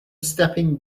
stepping